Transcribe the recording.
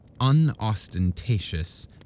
unostentatious